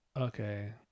okay